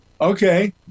Okay